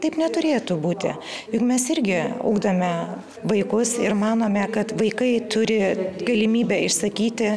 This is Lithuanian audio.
taip neturėtų būti juk mes irgi ugdome vaikus ir manome kad vaikai turi galimybę išsakyti